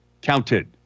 counted